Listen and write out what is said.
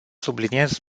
subliniez